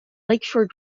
lakeshore